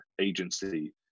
agency